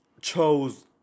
chose